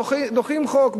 דוחים חוק,